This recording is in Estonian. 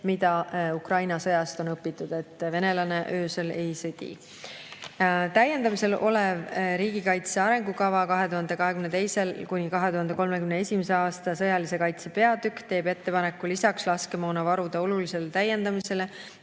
mida Ukraina sõjast on õpitud: venelane öösel ei sõdi. Täiendamisel oleva riigikaitse arengukava 2022–2031 sõjalise kaitse peatükis tehakse ettepanek lisaks laskemoonavarude olulisele täiendamisele